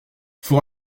faut